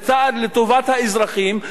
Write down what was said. זה צעד לטובת האזרחים,